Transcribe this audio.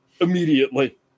immediately